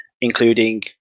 including